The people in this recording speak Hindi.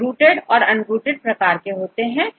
यहां रूटेड और अनरूटेड प्रकार के होते हैं